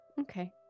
Okay